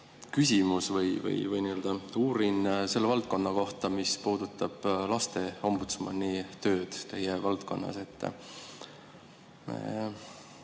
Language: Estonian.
küsimus, nii-öelda uurin selle valdkonna kohta, mis puudutab lasteombudsmani tööd teie valdkonnas.